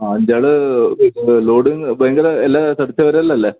ആ അഞ്ച് ആൾ ലോഡ് ഭയങ്കര എല്ലാം തടിച്ചവരല്ലല്ലേ